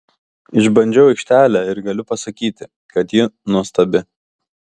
išbandžiau aikštelę ir galiu pasakyti kad ji nuostabi